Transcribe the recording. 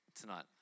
tonight